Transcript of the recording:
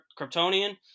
Kryptonian